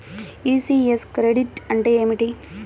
ECS credit అంటే ఏమిటి?